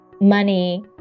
money